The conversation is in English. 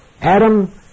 Adam